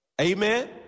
Amen